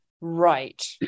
right